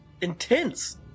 intense